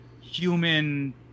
human